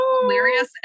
hilarious